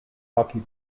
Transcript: hockey